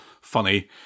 funny